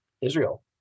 Israel